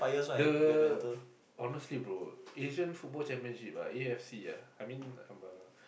the honestly bro Asian Football Championship ah A_F_C ah I mean I'm a